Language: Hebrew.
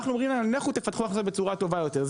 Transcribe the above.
אנחנו אומרים שיפתחו בצורה טובה יותר.